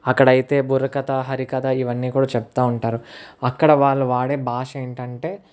అక్కడ అయితే బుర్ర కథ హరి కథ ఇవన్నీ కూడా చెప్తూ ఉంటారు అక్కడ వాళ్ళు వాడే భాష ఏంటంటే